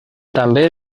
també